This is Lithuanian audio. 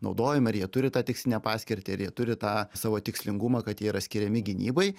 naudojami ar jie turi tą tikslinę paskirtį ar jie turi tą savo tikslingumą kad jie yra skiriami gynybai